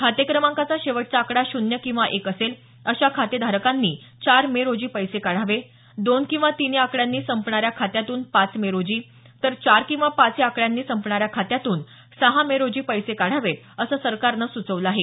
खातेक्रमांकाचा शेवटचा आकडा शून्य किंवा एक असेल अशा खातेधारकांनी चार मे रोजी पैसे काढावे दोन किंवा तीन या आकड्यांनी संपणाऱ्या खात्यातून पाच मे रोजी तर चार किंवा पाच या आकड्यांनी संपणाऱ्या खात्यातून सहा मे रोजी पैसे काढावेत असं सरकारनं सुचवलं आहे